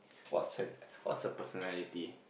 what's her what's her personality